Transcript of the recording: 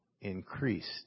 increased